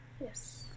yes